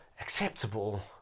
acceptable